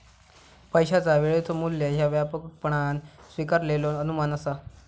पैशाचा वेळेचो मू्ल्य ह्या व्यापकपणान स्वीकारलेलो अनुमान असा